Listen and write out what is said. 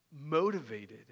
motivated